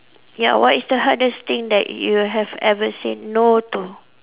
ya what is the hardest thing that you have ever said no to